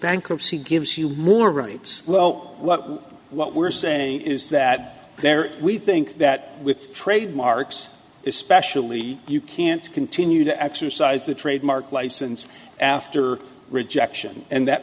bankruptcy gives you more rights well what what we're saying is that there we think that with trademarks especially you can't continue to exercise the trademark license after rejection and that